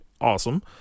awesome